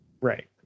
Right